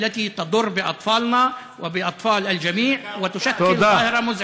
הזיקוקים גורמים נזק לילדים שלנו ולילדים של כולם והם תופעה מטרידה.)